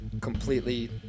completely